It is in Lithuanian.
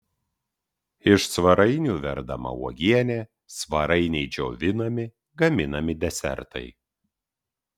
iš svarainių verdama uogienė svarainiai džiovinami gaminami desertai